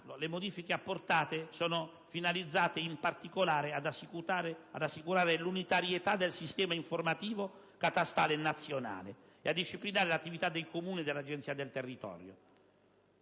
le modifiche apportate sono finalizzate in particolare ad assicurare l'unitarietà del sistema informativo catastale nazionale e a disciplinare l'attività dei Comuni e dell'Agenzia del territorio.